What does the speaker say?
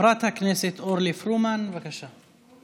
חברת הכנסת אורלי פרומן, בבקשה.